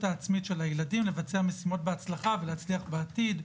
העצמית של הילדים לבצע משימות בהצלחה ולהצליח בעתיד.